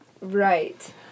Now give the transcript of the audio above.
Right